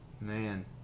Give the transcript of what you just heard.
man